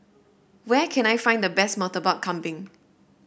where can I find the best Murtabak Kambing